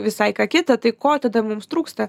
visai ką kita tai ko tada mums trūksta